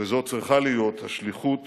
וזאת צריכה להיות השליחות